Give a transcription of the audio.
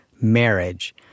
marriage